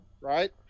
right